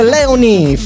Leonie